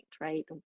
right